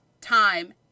time